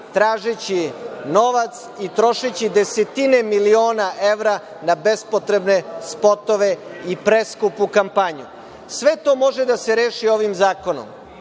tražeći novac i trošeći desetine miliona evra na bespotrebne spotove i preskupu kampanju. Sve to može da se reši ovim zakonom,